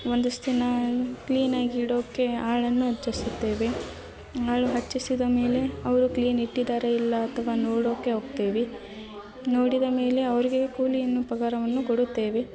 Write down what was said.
ಒಂದಷ್ಟು ದಿನ ಕ್ಲೀನಾಗಿ ಇಡೋಕ್ಕೆ ಆಳನ್ನು ಹಚ್ಚಿಸುತ್ತೇವೆ ಆಳು ಹಚ್ಚಿಸಿದ ಮೇಲೆ ಅವರು ಕ್ಲೀನ್ ಇಟ್ಟಿದ್ದಾರೆ ಇಲ್ಲ ಅಥವಾ ನೋಡೋಕ್ಕೆ ಹೋಗ್ತೇವಿ ನೋಡಿದ ಮೇಲೆ ಅವರಿಗೆ ಕೂಲಿಯನ್ನು ಪಗಾರವನ್ನು ಕೊಡುತ್ತೇವೆ